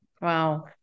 Wow